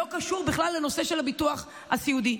לא קשור בכלל לנושא של הביטוח הסיעודי.